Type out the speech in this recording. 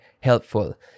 helpful